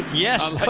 yes.